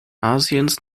asiens